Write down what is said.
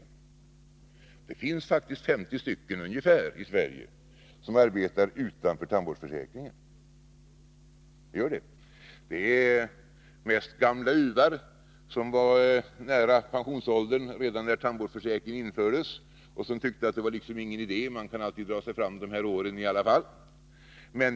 Ja, det finns faktiskt 50 tandläkare i Sverige som arbetar utanför tandvårdsförsäkringen. Det är några gamla uvar som var nära pensionsåldern redan när tandvårdsförsäkringen infördes och som tyckte att de kunde dra sig fram dessa år utan tandvårdsförsäkringen.